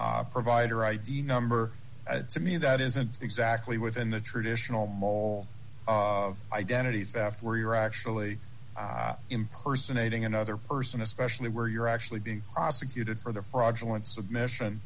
person's provider id number to me that isn't exactly within the traditional mole of identity theft where you're actually impersonating another person especially where you're actually being prosecuted for the fraudulent submission